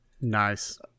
Nice